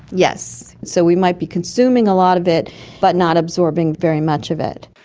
yes. so we might be consuming a lot of it but not absorbing very much of it.